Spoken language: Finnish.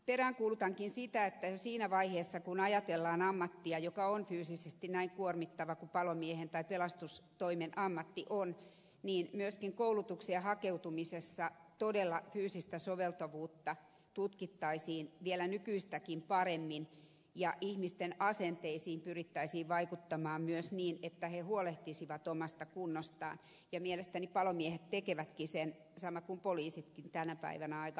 peräänkuulutankin sitä että jo siinä vaiheessa kun ajatellaan ammattia joka on fyysisesti näin kuormittava kuin palomiehen tai pelastustoimen ammatti on myöskin koulutukseen hakeutumisessa todella fyysistä soveltuvuutta tutkittaisiin vielä nykyistäkin paremmin ja ihmisten asenteisiin pyrittäisiin vaikuttamaan myös niin että he huolehtisivat omasta kunnostaan ja mielestäni palomiehet tekevätkin sen samoin kuin poliisitkin tänä päivänä aika hienosti